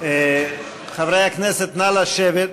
שכר טרחה מקסימלי לעורכי-דין